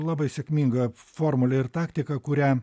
labai sėkminga formulė ir taktika kurią